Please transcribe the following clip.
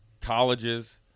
colleges